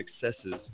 successes